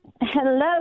Hello